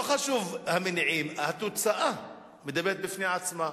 לא חשובים המניעים, התוצאה מדברת בפני עצמה.